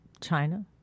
China